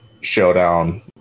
showdown